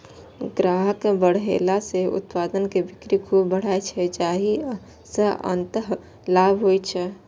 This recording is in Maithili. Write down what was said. ग्राहक बढ़ेला सं उत्पाद के बिक्री खूब बढ़ै छै, जाहि सं अंततः लाभ होइ छै